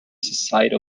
site